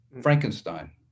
Frankenstein